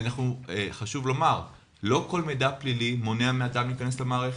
חשוב לומר שלא כל מידע פלילי מונע מאדם להיכנס למערכת.